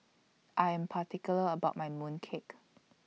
I Am particular about My Mooncake